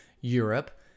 Europe